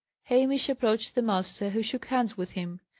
hamish approached the master, who shook hands with him.